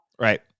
Right